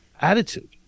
attitude